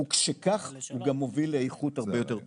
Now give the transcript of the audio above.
וכשכך הוא גם מוביל לאיכות הרבה יותר טובה,